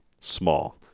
small